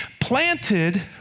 planted